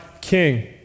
king